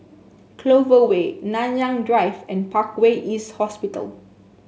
Clover Way Nanyang Drive and Parkway East Hospital